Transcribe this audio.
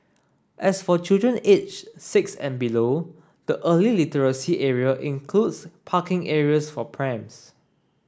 as for children aged six and below the early literacy area includes parking areas for prams